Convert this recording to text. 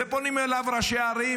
פונים אליו ראשי הערים,